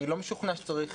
אני לא משוכנע שצריך